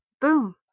boom